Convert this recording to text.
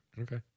Okay